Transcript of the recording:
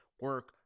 Work